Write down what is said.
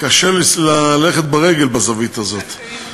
אדוני,